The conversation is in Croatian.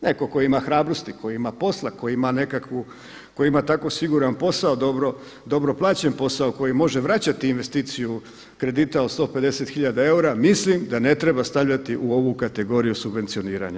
Netko tko ima hrabrosti, koji ima posla, koji ima nekakvu, koji ima tako siguran posao, dobro plaćen posao, koji može vraćati investiciju kredita od 150 hiljada eura mislim da ne treba stavljati u ovu kategoriju subvencioniranja.